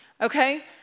okay